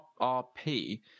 RP